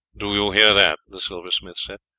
do you hear that? the silversmith said.